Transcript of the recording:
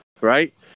right